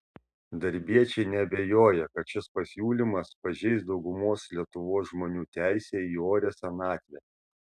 darbiečiai neabejoja kad šis pasiūlymas pažeis daugumos lietuvos žmonių teisę į orią senatvę